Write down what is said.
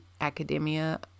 academia